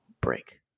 break